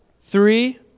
three